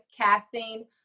casting